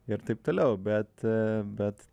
ir taip toliau bet bet